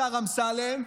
השר אמסלם,